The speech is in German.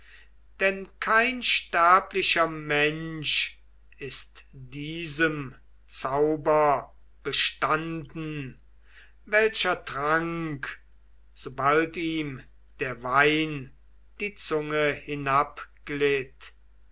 denn kein sterblicher mensch ist diesem zauber bestanden welcher trank sobald ihm der wein die zunge